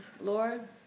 Lord